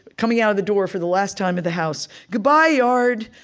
coming out of the door for the last time, of the house, goodbye, yard.